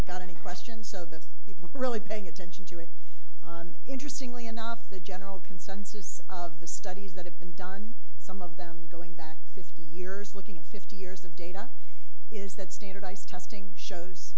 that got any questions so that people were really paying attention to it interestingly enough the general consensus of the studies that have been done some of them going back fifty years looking at fifty years of data is that standardized testing shows